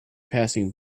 passing